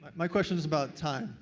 my question is about time.